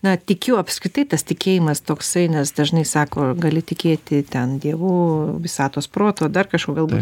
na tikiu apskritai tas tikėjimas toksai nes dažnai sako gali tikėti ten dievu visatos protu ar dar kažkuo galbūt